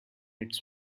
its